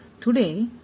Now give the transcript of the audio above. Today